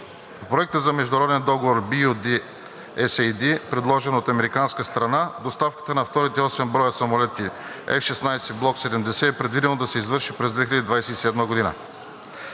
Проекта за Международен договор BU-D-SAD, предложен от американска страна, доставката на вторите осем броя F-16 Block 70 е предвидено да се извърши през 2027 г.